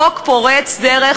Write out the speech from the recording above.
חוק פורץ דרך,